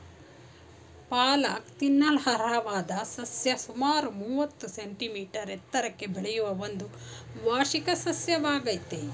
ಪಾಲಕ್ ತಿನ್ನಲರ್ಹವಾದ ಸಸ್ಯ ಸುಮಾರು ಮೂವತ್ತು ಸೆಂಟಿಮೀಟರ್ ಎತ್ತರಕ್ಕೆ ಬೆಳೆಯುವ ಒಂದು ವಾರ್ಷಿಕ ಸಸ್ಯವಾಗಯ್ತೆ